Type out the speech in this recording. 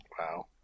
Wow